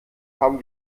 haben